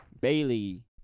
Bailey